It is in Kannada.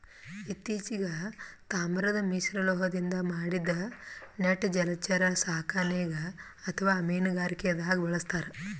ಇತ್ತಿಚೀಗ್ ತಾಮ್ರದ್ ಮಿಶ್ರಲೋಹದಿಂದ್ ಮಾಡಿದ್ದ್ ನೆಟ್ ಜಲಚರ ಸಾಕಣೆಗ್ ಅಥವಾ ಮೀನುಗಾರಿಕೆದಾಗ್ ಬಳಸ್ತಾರ್